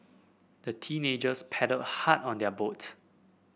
the teenagers paddled hard on their boat